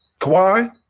Kawhi